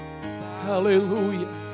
Hallelujah